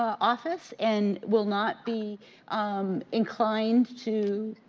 office, and will not be um inclined, to